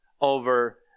over